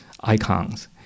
icons